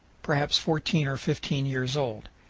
perhaps fourteen or fifteen years old.